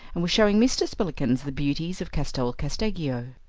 and was showing mr. spillikins the beauties of castel casteggio.